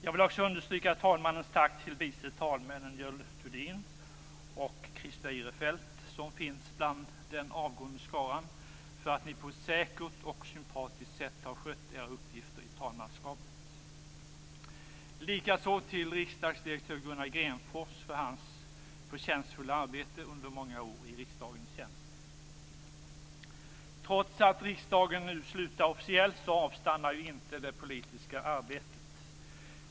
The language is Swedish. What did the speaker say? Jag vill också understryka talmannens tack till vice talmännen Görel Thurdin och Christer Eirefelt, som finns bland den avgående skaran, för att ni på ett säkert och sympatiskt sätt har skött era uppgifter i talmanskapet. Likaså vill jag tacka Gunnar Grenfors för hans förtjänstfulla arbete under många år i riksdagens tjänst. Trots att riksdagen nu slutar officiellt, avstannar inte det politiska arbetet.